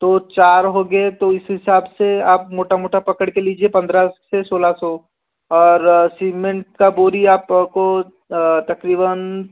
तो चार हो गए तो इस हिसाब से आप मोटा मोटा पकड़ के लीजिए पंद्रह से सोलह सौ और सीमेंट का बोरी आप को तक़रीबन